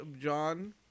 John